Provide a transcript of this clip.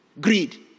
greed